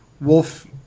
wolf